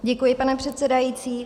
Děkuji, pane předsedající.